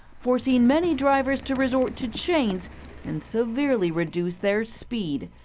forcing many drivers to resort to chains and severely reduce their speeds.